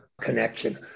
connection